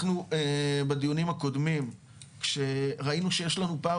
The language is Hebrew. אנחנו בדיונים הקודמים כשראינו שיש לנו פער